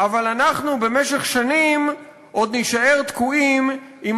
אבל אנחנו במשך שנים עוד נישאר תקועים עם